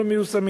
לא מיושמים.